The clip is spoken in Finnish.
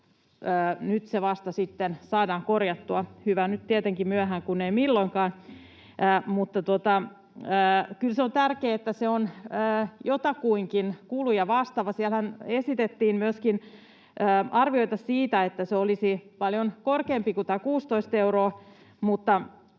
nyt se vasta sitten saadaan korjattua. Tietenkin hyvä nyt myöhään kuin ei milloinkaan, mutta kyllä on tärkeää, että se on jotakuinkin kuluja vastaava. Siellähän esitettiin myöskin arvioita siitä, että se olisi paljon korkeampi kuin tämä 16 euroa,